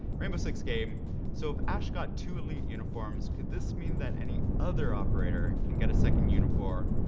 rainbowsixgame, so if ash got two elite uniforms, could this mean that any other operator can get a second uniform?